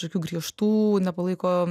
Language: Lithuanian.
kažkokių griežtų nepalaiko